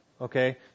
okay